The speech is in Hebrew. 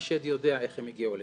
השד יודע איך הם הגיעו לשם.